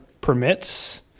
permits